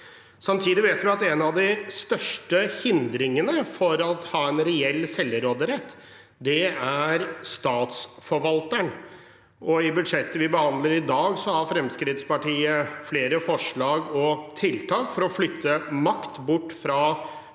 Samtidig vet vi at en av de største hindringene for å ha en reell selvråderett, er statsforvalteren. I budsjettet vi behandler i dag, har Fremskrittspartiet flere forslag og tiltak for å flytte makt bort fra